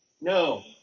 no